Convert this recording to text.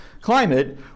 climate